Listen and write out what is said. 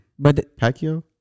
Pacquiao